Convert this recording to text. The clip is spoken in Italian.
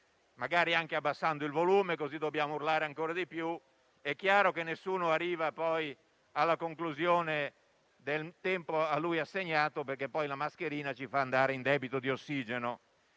magari anche alzando il volume, così dobbiamo urlare ancora di più, è chiaro che nessuno arriva alla conclusione dell'intervento nel tempo assegnato, perché la mascherina ci fa andare in debito di ossigeno.